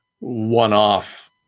one-off